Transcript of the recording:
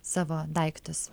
savo daiktus